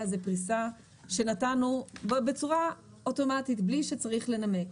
היא פריסה שנתנו בצורה אוטומטית בלי שצריך לנמק.